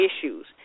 issues